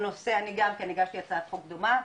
אני גם כן הגשתי הצעת חוק דומה,